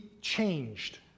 changed